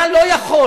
אתה לא יכול,